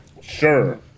Sure